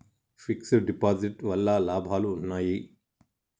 Fix డ్ deposit వల్ల లాభాలు ఉన్నాయి?